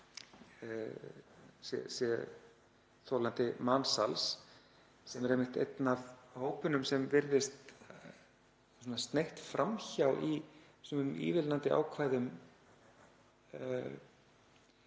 þolandi mansals, sem er einmitt einn af hópunum sem virðist sneitt fram hjá í sumum ívilnandi ákvæðum